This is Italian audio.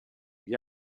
gli